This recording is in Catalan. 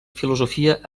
filosofia